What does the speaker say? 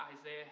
Isaiah